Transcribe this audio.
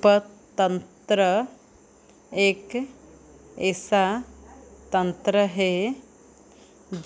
उपतंत्र एक ऐसा तंत्र है